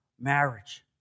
marriage